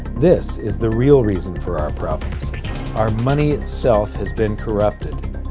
this is the real reason for our problems our money itself has been corrupted.